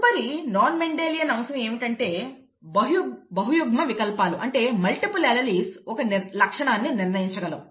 తదుపరి non Mendelian అంశం ఏమిటంటే బహుయుగ్మ వికల్పాలు అంటే మల్టిపుల్ అల్లీల్ ఒక లక్షణాన్ని నిర్ణయించగలవు